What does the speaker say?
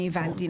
ממה שהבנתי.